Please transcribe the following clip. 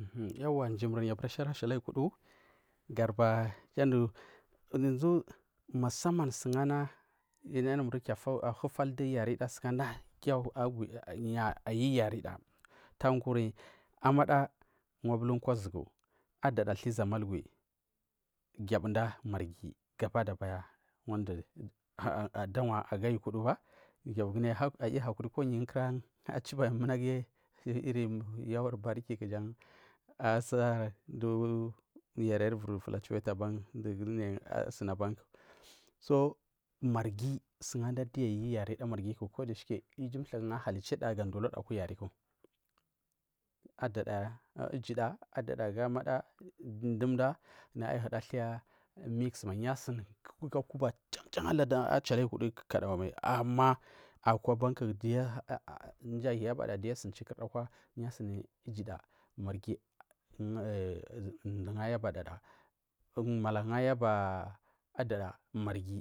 Yauwa mjir muryabura shari ashili ayukudu gadubam gul anu yanzu musaman ana ցu abura nu ahutal du yarida yu ayuyarida tan kuryi amada gwabula kwa uzugu adada thliza malgwi ցibuda marghi gabada baya adawa aga ayukudu giyi ayu hakuri gadubari yu achibari munagu yi araburi baraki ku asunana du yariri ivir flactuate jan asuni ban so marghi sugu gul ayu yarida marghi ku adada ijida adada aga amada dumda naya ahura thai mixed mai kuku kuba chan chan achala yukudu mai ama akwa abanku ndu mdu ayabada akwa ijuda marghi mdugu ayaba adada malagu ayaba adada marghi